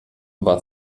war